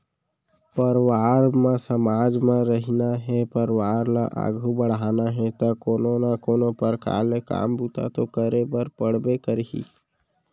परवार म समाज म रहिना हे परवार ल आघू बड़हाना हे ता कोनो ना कोनो परकार ले काम बूता तो करे बर पड़बे करही